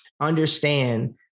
understand